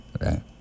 Right